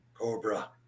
cobra